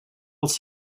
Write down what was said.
els